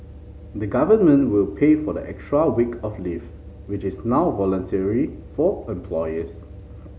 the government will pay for the extra week of leave which is now voluntary for employers